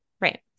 Right